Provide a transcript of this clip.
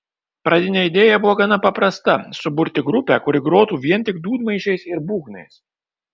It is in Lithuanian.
pradinė idėja buvo gana paprasta suburti grupę kuri grotų vien tik dūdmaišiais ir būgnais